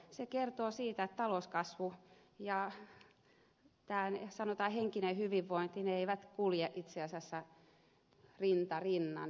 se kertoo siitä että talouskasvu ja sanotaan henkinen hyvinvointi eivät kulje itse asiassa rinta rinnan